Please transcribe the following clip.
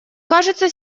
кажется